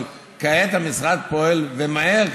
אבל כעת המשרד פועל ומהר,